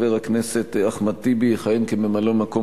חבר הכנסת אחמד טיבי יכהן כממלא-מקום